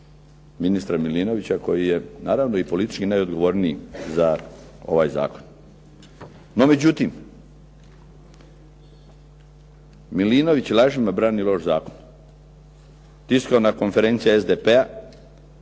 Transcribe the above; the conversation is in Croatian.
minstra Milinovića koji je naravno i politički najodgovorniji za ovaj zakon. No međutim, Milinović lažima brani loš zakon. Tiskovna konferencija SDP-a